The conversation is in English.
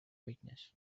weakness